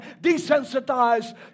Desensitized